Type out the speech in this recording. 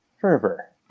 fervor